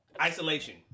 Isolation